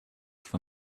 for